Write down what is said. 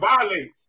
violate